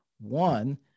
One